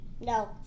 No